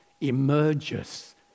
emerges